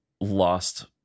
lost